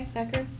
becker?